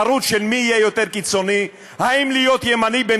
היא לא התחילה לפני 40 שנה באיזה "אמה" ערפאת,